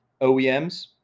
OEMs